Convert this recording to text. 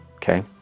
Okay